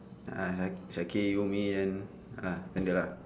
ah syakir you me and ah vantilah